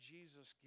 Jesus